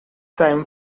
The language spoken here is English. time